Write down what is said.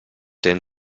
den